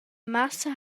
massa